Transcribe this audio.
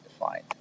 defined